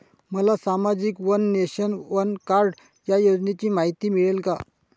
मला सामाजिक one nation, one card या योजनेची माहिती मिळेल का?